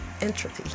Entropy